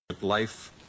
Life